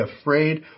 afraid